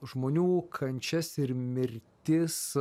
žmonių kančias ir mirtis